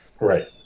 right